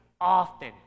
often